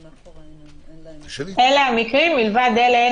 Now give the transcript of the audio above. אין עוד מקרים מלבד אלה?